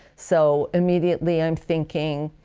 so immediately i'm thinking